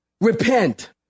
repent